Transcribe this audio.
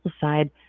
side